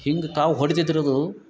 ಹೆಂಗೆ ಕಾವು ಹೊಡೀತಿತ್ರಿ ಅದು